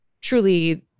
truly